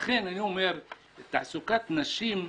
לכן אני אומר שתעסוקת נשים,